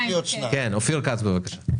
אופיר כץ, בבקשה.